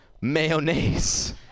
mayonnaise